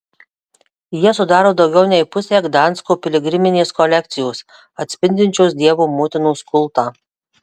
jie sudaro daugiau nei pusę gdansko piligriminės kolekcijos atspindinčios dievo motinos kultą